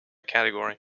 category